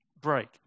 break